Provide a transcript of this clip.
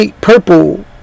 purple